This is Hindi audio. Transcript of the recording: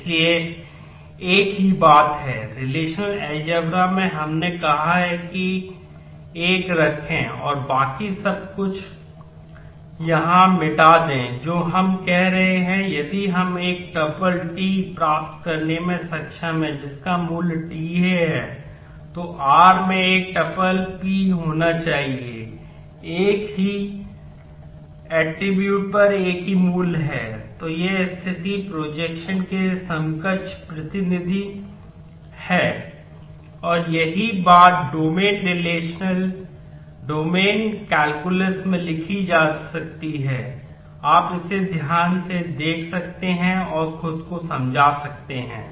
इसलिए यह एक ही बात है कि रिलेशनल अलजेब्रा में लिखी जा सकती है आप इसे ध्यान से देख सकते हैं और खुद को समझा सकते हैं